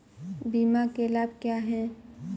बीमा के लाभ क्या हैं?